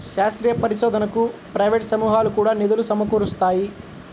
శాస్త్రీయ పరిశోధనకు ప్రైవేట్ సమూహాలు కూడా నిధులు సమకూరుస్తాయి